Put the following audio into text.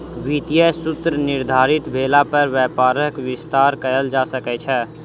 वित्तीय सूत्र निर्धारित भेला पर व्यापारक विस्तार कयल जा सकै छै